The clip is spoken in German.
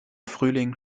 frühling